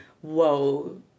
whoa